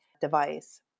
device